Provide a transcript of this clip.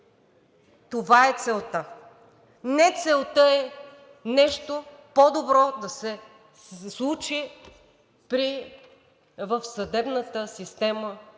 Това е целта. Целта не е нещо по-добро да се случи в съдебната система